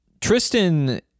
Tristan